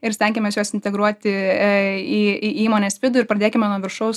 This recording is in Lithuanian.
ir stenkimės juos integruoti į į įmonės vidų ir pradėkime nuo viršaus